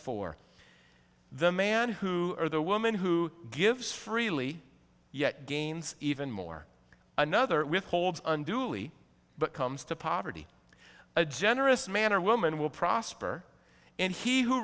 four the man who or the woman who gives freely yet gains even more another withhold unduly but comes to poverty a generous man or woman will prosper and he who